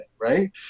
right